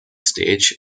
stage